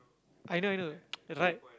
I know I know right